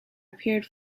appeared